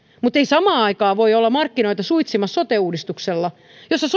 mutta ei samaan aikaan voi olla markkinoita suitsimassa sote uudistuksella jossa